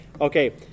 Okay